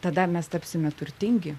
tada mes tapsime turtingi